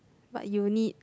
but you will need